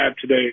today